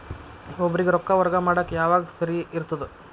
ಒಬ್ಬರಿಗ ರೊಕ್ಕ ವರ್ಗಾ ಮಾಡಾಕ್ ಯಾವಾಗ ಸರಿ ಇರ್ತದ್?